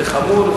זה חמור,